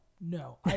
no